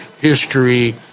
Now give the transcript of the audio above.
history